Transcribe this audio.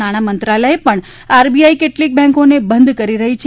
નાણાંમંત્રાલયે RBI કેટલીક બેંકોને બંધ કરી રહી છે